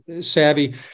savvy